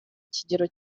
kigero